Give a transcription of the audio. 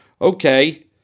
Okay